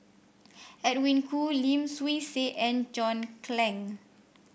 Edwin Koo Lim Swee Say and John Clang